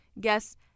guests